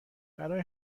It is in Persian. برای